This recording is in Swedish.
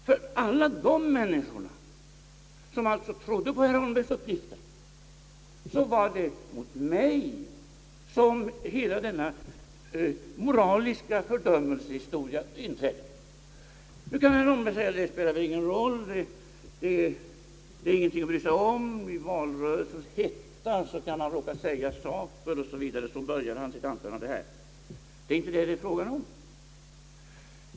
För alla de människor som alltså trodde på herr Holmbergs uppgifter blev det mot mig som den moraliska fördömelsen riktade sig. Herr Holmberg började sitt anförande med att säga: »Det spelar ingen roll, det är ing enting att bry sig om, i valrörelsens hetta kan man säga saker, o. s. Vv.» Men det är inte fråga om det.